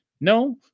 No